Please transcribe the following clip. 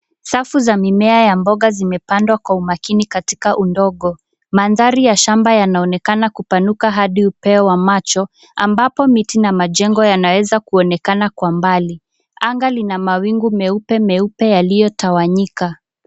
Safu za mimea ya mboga zimepandwa kwa umakini katika undogo. Mandhari ya shamba yanaonekana kupanuka hadi upeo wa macho, ambapo miti na majengo yanaweza kuonekana kwa mbali. Anga lina mawingu meupe meupe yaliyotawanyika.